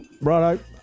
Righto